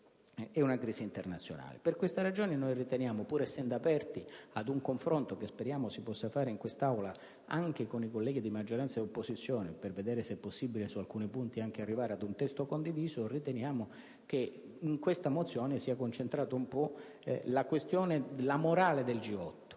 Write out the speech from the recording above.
è una crisi internazionale. Per queste ragioni riteniamo, pur essendo aperti ad un confronto che speriamo si possa avere in Aula anche con i colleghi di maggioranza e opposizione per vedere se è possibile su alcuni punti arrivare ad un testo condiviso, che in questa mozione si sia concentrata la morale del G8.